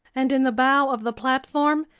and in the bow of the platform,